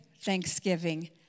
thanksgiving